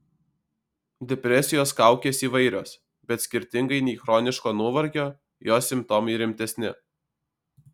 depresijos kaukės įvairios bet skirtingai nei chroniško nuovargio jos simptomai rimtesni